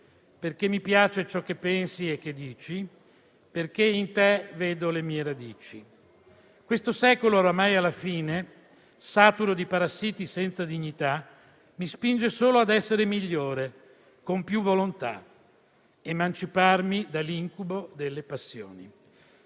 Perché mi piace ciò che pensi e che dici Perché in te vedo le mie radici. Questo secolo oramai alla fine Saturo di parassiti senza dignità Mi spinge solo ad essere migliore Con più volontà. Emanciparmi dall'incubo delle passioni».